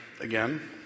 again